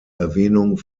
erwähnung